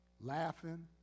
laughing